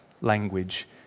language